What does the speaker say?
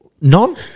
None